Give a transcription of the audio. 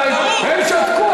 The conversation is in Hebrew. המפלצת הזאת, המפלצת הזאת.